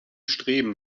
streben